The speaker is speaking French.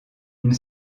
une